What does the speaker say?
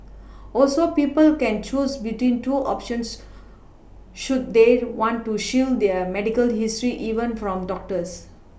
also people can choose between two options should they want to shield their medical history even from doctors